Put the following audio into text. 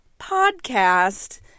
Podcast